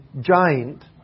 giant